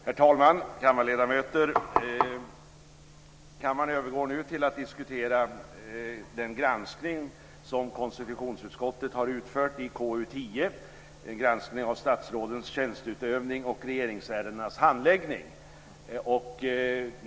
Herr talman! Kammarledamöter! Kammaren övergår nu till att diskutera den granskning som konstitutionsutskottet har utfört och som behandlas i KU10, Granskning av statsrådens tjänsteutövning och regeringsärendenas handläggning.